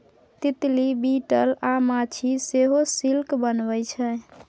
तितली, बिटल अ माछी सेहो सिल्क बनबै छै